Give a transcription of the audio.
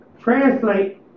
Translate